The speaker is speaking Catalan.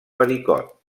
pericot